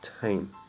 time